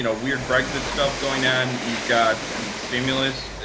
you know weird brexit stuff going on. you've got the stimulus,